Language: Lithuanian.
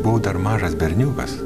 buvau dar mažas berniukas